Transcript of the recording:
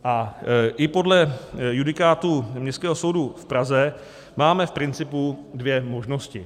A i podle judikátu Městského soudu v Praze máme v principu dvě možnosti.